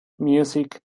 music